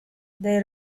they